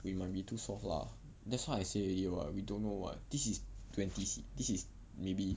we might be too soft lah that's why I say [what] we don't know [what] this is twenty C~ this is maybe